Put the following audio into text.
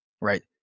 right